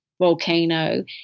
volcano